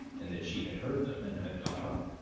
and that she had heard them and had got up.